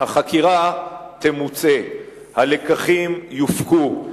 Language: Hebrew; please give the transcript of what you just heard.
החקירה תמוצה, הלקחים יופקו.